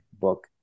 book